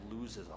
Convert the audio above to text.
loses